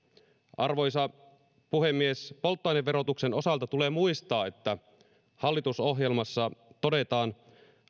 arvoisa puhemies polttoaineverotuksen osalta tulee muistaa että hallitusohjelmassa todetaan